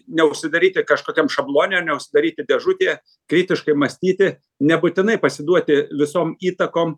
neužsidaryti kažkokiam šablone neužsidaryti dėžutėje kritiškai mąstyti nebūtinai pasiduoti visom įtakom